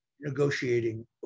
negotiating